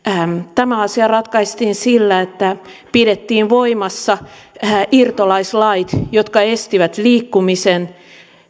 tämä asia ratkaistiin sillä että pidettiin voimassa irtolaislait jotka estivät liikkumisen